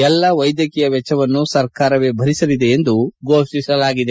ಎಲ್ಲಾ ವೈದ್ಯಕೀಯ ವೆಚ್ವವನ್ನು ಸರ್ಕಾರವೇ ಭರಿಸಲಿದೆ ಎಂದು ಘೋಷಿಸಲಾಗಿದೆ